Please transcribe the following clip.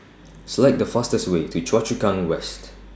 Select The fastest Way to Choa Chu Kang West